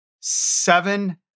seven